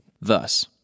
Thus